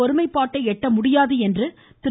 ஒருமைப்பாட்டை எட்ட முடியாது என்று திரு